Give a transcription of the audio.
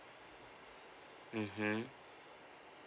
mmhmm